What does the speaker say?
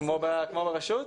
כמו ברשות?